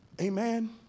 Amen